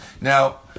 Now